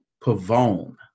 Pavone